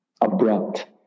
abrupt